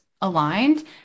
aligned